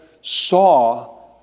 saw